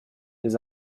les